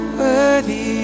worthy